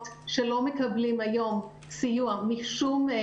שלא מקבלים היום סיוע משום גורם.